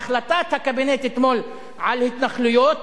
החלטת הקבינט אתמול על התנחלויות